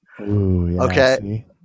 Okay